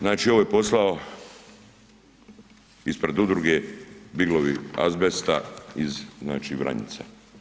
Znači ovo je poslao ispred Udruge „Biglovi azbesta“ iz Vranjica.